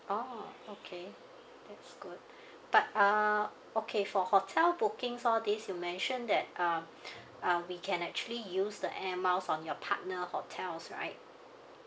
oh okay that's good but uh okay for hotel bookings all these you mention that um uh we can actually use the air miles on your partnered hotels right